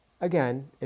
Again